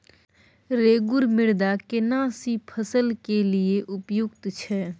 रेगुर मृदा केना सी फसल के लिये उपयुक्त छै?